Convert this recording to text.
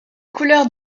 couleurs